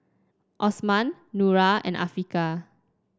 Osman Nura and Afiqah